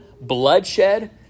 bloodshed